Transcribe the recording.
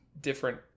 different